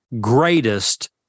greatest